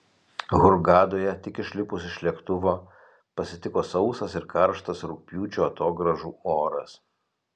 hurgadoje tik išlipus iš lėktuvo pasitiko sausas ir karštas rugpjūčio atogrąžų oras